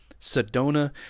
Sedona